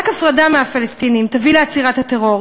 רק הפרדה מהפלסטינים תביא לעצירת הטרור.